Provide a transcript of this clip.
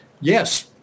yes